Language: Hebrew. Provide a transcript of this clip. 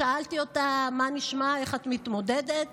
שאלתי אותה: מה נשמע, איך את מתמודדת?